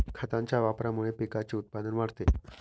खतांच्या वापरामुळे पिकाचे उत्पादन वाढते